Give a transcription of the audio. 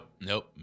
Nope